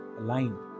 aligned